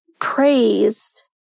praised